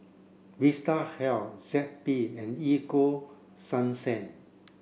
Vitahealth Zappy and Ego sunsense